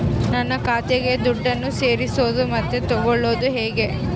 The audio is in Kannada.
ನನ್ನ ಖಾತೆಗೆ ದುಡ್ಡನ್ನು ಸೇರಿಸೋದು ಮತ್ತೆ ತಗೊಳ್ಳೋದು ಹೇಗೆ?